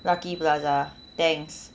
lucky plaza tangs